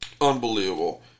Unbelievable